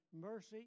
mercy